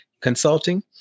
Consulting